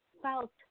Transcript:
felt